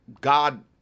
god